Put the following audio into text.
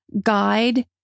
guide